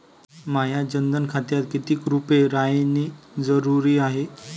माह्या जनधन खात्यात कितीक रूपे रायने जरुरी हाय?